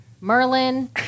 Merlin